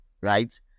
right